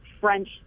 French